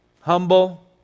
humble